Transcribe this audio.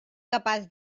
capaç